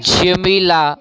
Jamila